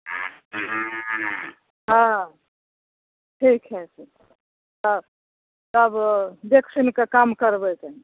हँ ठीक हइ तऽ तब देखि सुनिकऽ काम करबै कनि